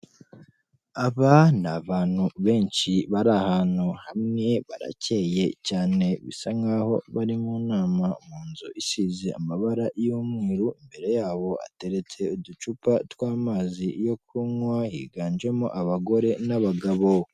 Aba ni abantu benshi bari ahantu hamwe baracyeye cyane, bisa nk'aho bari mu nama mu nzu isize amabara y'umweru, imbere yabo hateretse uducupa tw'amazi yo kunywa, higanjemo abagore n'abagabo.